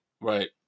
Right